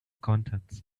contents